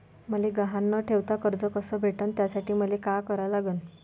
मले गहान न ठेवता कर्ज कस भेटन त्यासाठी मले का करा लागन?